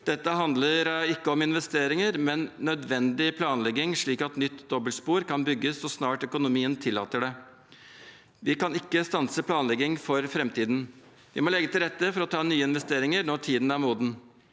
Dette handler ikke om investeringer, men om nødvendig planlegging, slik at nytt dobbeltspor kan bygges så snart økonomien tillater det. Vi kan ikke stanse planlegging for framtiden. Vi må legge til rette for å ta nye investeringer når tiden er moden.